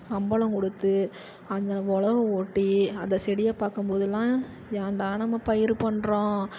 சம்பளம் கொடுத்து அதை உலவு ஒட்டி அந்த செடியை பார்க்கும்போதெல்லாம் ஏண்டா நம்ப பயிர் பண்ணுறோம்